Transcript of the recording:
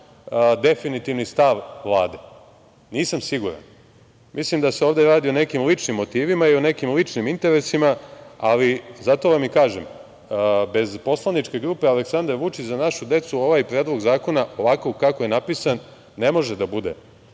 definitivni stav Vlade. Nisam siguran. Mislim da se ovde radi o nekim ličnim motivima i o nekim ličnim interesima, ali zato vam i kažem bez Poslaničke grupe Aleksandar Vučić – Za našu decu ovaj predlog zakona, ovako kako je napisan, ne može da bude